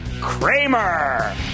Kramer